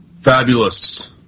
Fabulous